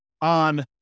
on